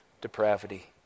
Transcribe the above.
depravity